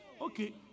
Okay